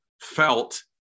felt